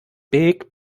big